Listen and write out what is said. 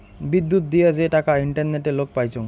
বিদ্যুত দিয়া যে টাকা ইন্টারনেটে লোক পাইচুঙ